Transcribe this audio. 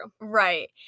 right